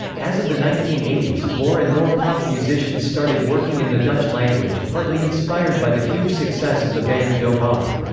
as of the nineteen eighty s, more and more pop musicians started working in the dutch language, partly inspired by the huge success of the band doe maar.